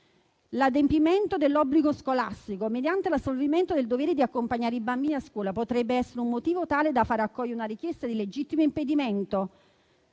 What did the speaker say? L'adempimento dell'obbligo scolastico mediante l'assolvimento del dovere di accompagnare i bambini a scuola potrebbe essere un motivo tale da far accoglie una richiesta di legittimo impedimento?